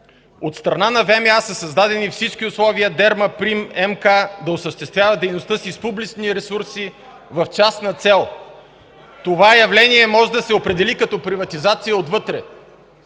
„От страна на ВМА са създадени всички условия „Дерма Прим МК” да осъществява дейността си с публични ресурси в частна цел. Това явление може да се определи като приватизация отвътре.